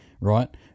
Right